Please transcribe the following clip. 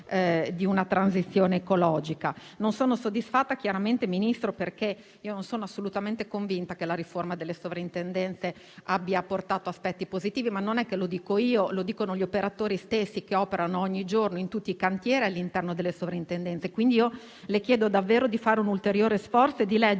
di una transizione ecologica. Non sono soddisfatta, signor Ministro, perché non sono assolutamente convinta che la riforma delle sovrintendenze abbia portato aspetti positivi, ma non sono io a dirlo, bensì gli operatori stessi che operano ogni giorno in tutti i cantieri all'interno delle sovrintendenze. Le chiedo quindi di fare un ulteriore sforzo e di leggere